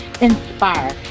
inspire